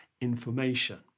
information